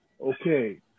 okay